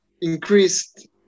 increased